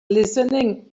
listening